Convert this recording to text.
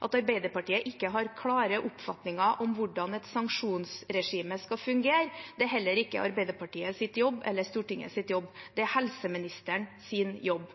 At Arbeiderpartiet ikke har klare oppfatninger om hvordan et sanksjonsregime skal fungere – det er heller ikke Arbeiderpartiets jobb eller Stortingets jobb, det er helseministerens jobb.